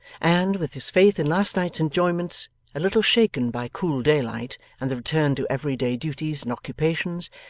and, with his faith in last night's enjoyments a little shaken by cool daylight and the return to every-day duties and occupations,